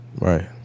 Right